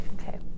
Okay